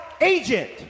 agent